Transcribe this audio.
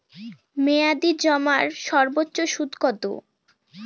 মেয়াদি জমার সর্বোচ্চ সুদ কতো?